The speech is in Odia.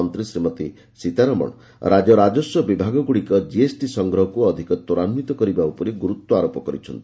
ମନ୍ତ୍ରୀ ଶ୍ରୀମତୀ ସୀତାରମଣ ରାଜ୍ୟ ରାଜସ୍ୱ ବିଭାଗଗୁଡ଼ିକ ଜିଏସ୍ଟି ସଂଗ୍ରହକୁ ଅଧିକ ତ୍ୱରାନ୍ୱିତ କରିବା ଉପରେ ଗୁରୁତ୍ୱାରୋପ କରିଛନ୍ତି